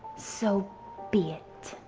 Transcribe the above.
so be it.